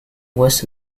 was